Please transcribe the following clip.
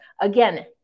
again